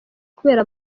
kubera